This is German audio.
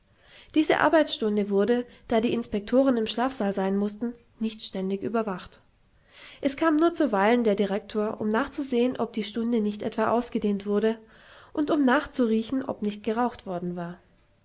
diese arbeitsstunde wurde da die inspektoren im schlafsaal sein mußten nicht ständig überwacht es kam nur zuweilen der direktor um nachzusehen ob die stunde nicht etwa ausgedehnt wurde und um nachzuriechen ob nicht geraucht worden war